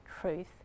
truth